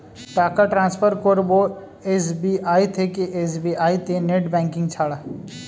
টাকা টান্সফার করব এস.বি.আই থেকে এস.বি.আই তে নেট ব্যাঙ্কিং ছাড়া?